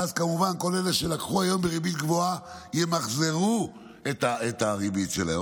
ואז כמובן כל אלה שלקחו היום בריבית גבוהה ימחזרו את המשכנתה שלהם.